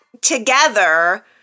together